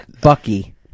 Bucky